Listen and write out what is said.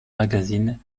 magazine